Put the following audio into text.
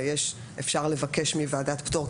אפשר לבקש פרטנית מוועדת פטור,